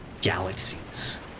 galaxies